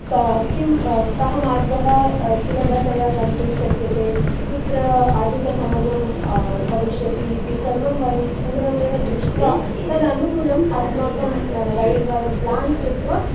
क किं कः मार्गः सुलभतया गन्तुं शक्यते कुत्र अधिकसमयं भविष्यति इति सर्वं वयं पूर्वमेव दृष्ट्वा तदनुदुणम् अस्माकं रैड् वयं प्लान् कृत्वा